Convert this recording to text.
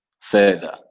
further